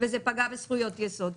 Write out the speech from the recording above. וזה פגע בזכויות יסוד.